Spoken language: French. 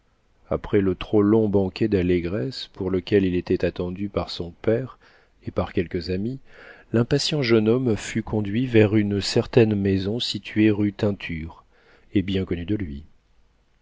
après le trop long banquet d'allégresse pour lequel il était attendu par son père et par quelques amis l'impatient jeune homme fut conduit vers une certaine maison située rue teinture et bien connue de lui